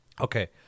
Okay